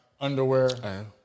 underwear